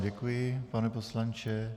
Děkuji vám, pane poslanče.